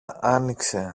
άνοιξε